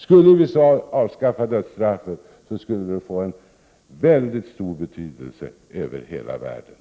Skulle USA avskaffa dödsstraffet, skulle det få en väldigt stor betydelse över hela världen.